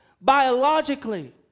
biologically